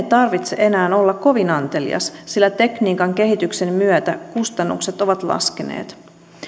tarvitse enää olla kovin antelias sillä tekniikan kehityksen myötä kustannukset ovat laskeneet